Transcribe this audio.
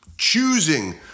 Choosing